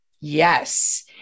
Yes